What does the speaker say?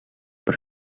per